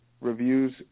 reviews